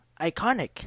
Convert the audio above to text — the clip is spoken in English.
iconic